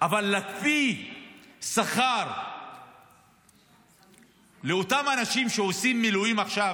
אבל להקפיא שכר לאותם אנשים שעושים מילואים עכשיו?